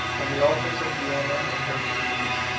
on the altars of diana and hercules.